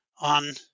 on